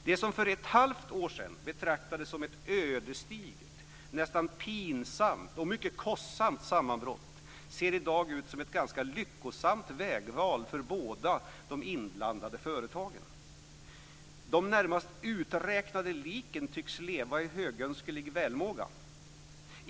Det som för ett halvt år sedan betraktades som ett ödesdigert, nästan pinsamt och mycket kostsamt sammanbrott ser i dag ut som ett ganska lyckosamt vägval för båda de inblandade företagen. De närmast uträknade liken tycks leva i högönsklig välmåga.